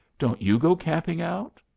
don't you go camping out?